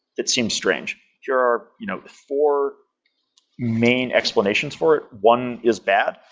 it seems strange here are you know four main explanations for it. one is bad,